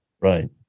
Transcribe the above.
Right